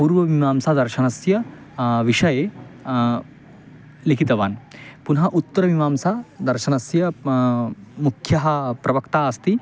पूर्वमीमांसा दर्शनस्य विषये लिखितवान् पुनः उत्तरमीमांसा दर्शनस्य मुख्यः प्रवक्ता अस्ति